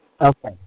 Okay